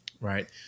Right